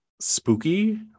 spooky